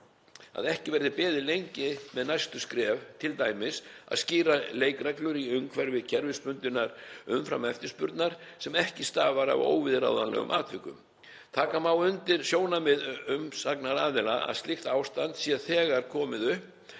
að ekki verði beðið lengi með næstu skref, t.d. að skýra leikreglur í umhverfi kerfisbundinnar umframeftirspurnar sem ekki stafar af óviðráðanlegum atvikum. Taka má undir sjónarmið umsagnaraðila, að slíkt ástand sé þegar komið upp